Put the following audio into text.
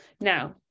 now